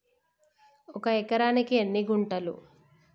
ఒక ఎకరానికి ఎన్ని గుంటలు?